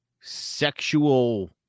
sexual